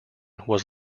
was